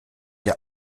der